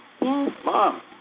Mom